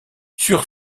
sur